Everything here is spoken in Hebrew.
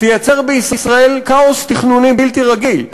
תייצר בישראל כאוס תכנוני בלתי רגיל.